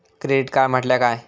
Credit card म्हटल्या काय?